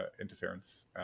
interference